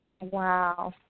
Wow